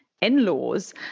in-laws